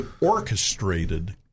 orchestrated